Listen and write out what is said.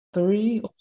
Three